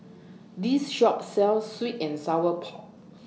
This Shop sells Sweet and Sour Po